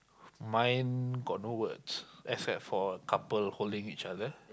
mine got no words except for couple holding each other